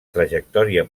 trajectòria